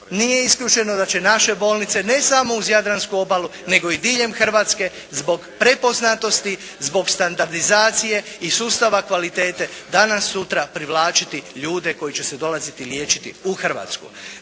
nije isključeno da će naše bolnice ne samo uz jadransku obalu nego i diljem Hrvatske zbog prepoznatosti, zbog standardizacije i sustava kvalitete danas-sutra privlačiti ljude koji će se dolaziti liječiti u Hrvatsku.